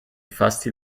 fasti